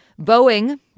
Boeing